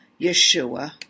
Yeshua